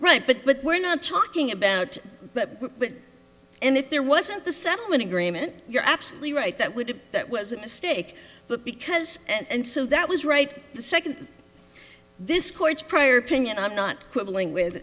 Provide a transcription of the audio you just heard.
right but we're not talking about but and if there wasn't the settlement agreement you're absolutely right that would that was a mistake but because and so that was right the second this court's prior opinion i'm not quibbling with